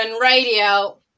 Radio